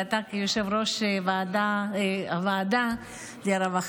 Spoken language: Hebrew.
ואתה יושב-ראש ועדת הרווחה,